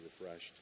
refreshed